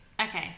Okay